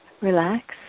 relax